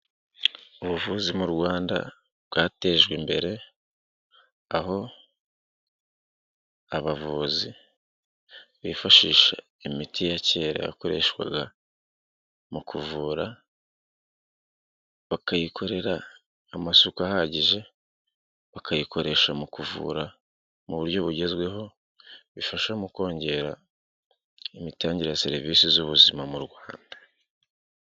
Ubuvuzi mu Rwanda bwatejwe imbere aho abavuzi bifashisha imiti ya kera yakoreshwaga mu kuvura, bakayikorera amasuka ahagije bakayikoresha mu kuvura mu buryo bugezweho, bifasha mu kongera imitangire ya serivisi z'ubuzima mu Rwanda.